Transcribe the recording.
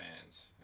fans